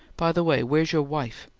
by the way, where's your wife?